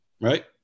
right